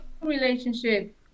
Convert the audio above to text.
relationship